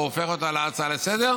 הוא הופך אותה להצעה לסדר-היום,